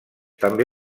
també